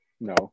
No